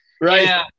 right